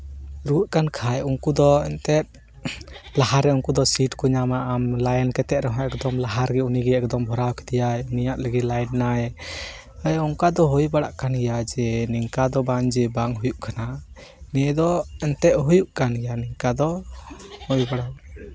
ᱨᱩᱣᱟᱹᱜ ᱠᱟᱱ ᱠᱷᱟᱡ ᱩᱱᱠᱩ ᱫᱚ ᱞᱟᱦᱟᱨᱮ ᱩᱱᱠᱩ ᱫᱚ ᱥᱤᱴ ᱠᱚ ᱧᱟᱢᱟ ᱟᱢ ᱞᱟᱭᱮᱱ ᱠᱟᱛᱮ ᱨᱮᱦᱚᱸ ᱮᱠᱫᱚᱢ ᱞᱟᱦᱟᱨᱮ ᱨᱮᱜᱮ ᱩᱱᱠᱤ ᱜᱮ ᱮᱠᱫᱚᱢ ᱵᱷᱚᱨᱟᱣ ᱠᱮᱫᱮᱭᱟᱭ ᱩᱱᱤᱭᱟᱜ ᱨᱮᱜᱮᱭ ᱞᱟᱭᱤᱱᱟᱭ ᱚᱱᱠᱟ ᱫᱚ ᱦᱩᱭ ᱵᱟᱲᱟᱜ ᱠᱟᱱ ᱜᱮᱭᱟ ᱡᱮ ᱱᱤᱝᱠᱟᱹ ᱱᱚᱝᱠᱟ ᱫᱚ ᱵᱟᱝ ᱡᱮ ᱵᱟᱝ ᱦᱩᱭᱩᱜ ᱠᱟᱱᱟ ᱱᱤᱭᱟᱹ ᱫᱚ ᱮᱱᱛᱮᱜ ᱦᱩᱭᱩᱜ ᱠᱟᱱ ᱜᱮᱭᱟ ᱚᱱᱠᱟ ᱫᱚ ᱦᱩᱭ ᱵᱟᱲᱟᱣ ᱠᱟᱱ ᱜᱮᱭᱟ